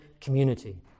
community